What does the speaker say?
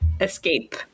escape